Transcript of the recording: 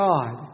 God